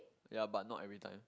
yea but not every time